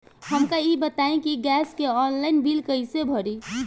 हमका ई बताई कि गैस के ऑनलाइन बिल कइसे भरी?